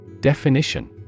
Definition